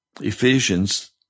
Ephesians